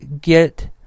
get